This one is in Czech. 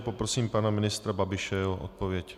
Poprosím pana ministra Babiše o jeho odpověď.